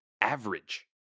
average